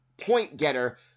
point-getter